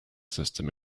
system